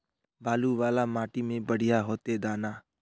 बालू वाला माटी में बढ़िया होते दाना?